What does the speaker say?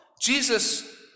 Jesus